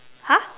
!huh!